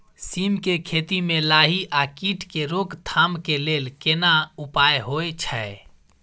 सीम के खेती म लाही आ कीट के रोक थाम के लेल केना उपाय होय छै?